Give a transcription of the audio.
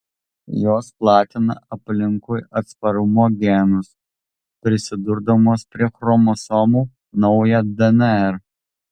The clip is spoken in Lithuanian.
jos platina aplinkui atsparumo genus prisidurdamos prie chromosomų naują dnr